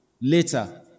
later